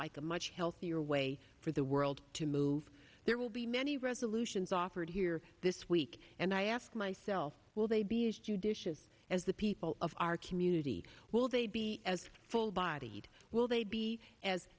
like a much healthier way for the world to move there will be many resolutions offered here this week and i ask myself will they be as judicious as the people of our community will they be as full bodied will they be as